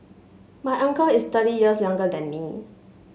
my uncle is thirty years younger than me